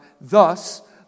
Thus